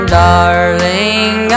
darling